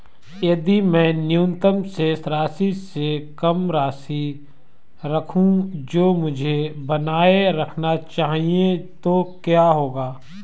यदि मैं न्यूनतम शेष राशि से कम राशि रखूं जो मुझे बनाए रखना चाहिए तो क्या होगा?